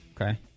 Okay